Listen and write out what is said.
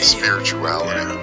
spirituality